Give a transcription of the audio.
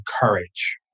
courage